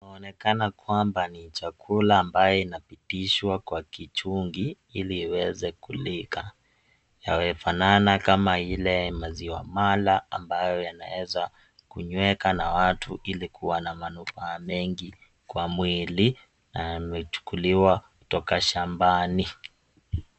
Onekana kwamba ni chakula mbaye inapitishwa kwa kichungi iliweze kulika. Yamefanana kama ile maziwa mala mbaye inaeza kunyweka na watu ilikuwa na manufaa mengi kwa mwili na yamechukuliwa kutoka shambani.